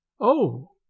Oh